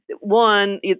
one